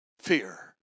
fear